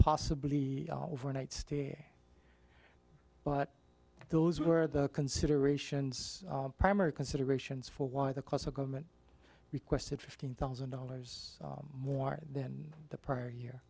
possibly overnight stay but those were the considerations primary considerations for why the close of government requested fifteen thousand dollars more than the prior year